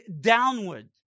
downward